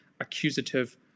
accusative